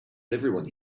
everyone